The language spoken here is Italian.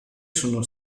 sono